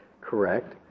correct